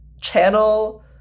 channel